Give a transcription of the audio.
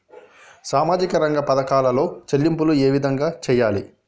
సామాజిక రంగ పథకాలలో చెల్లింపులు ఏ విధంగా చేయాలి?